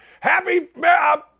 Happy –